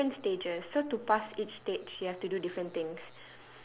there are different stages so to pass each stage you have to do different things